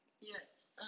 Yes